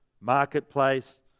marketplace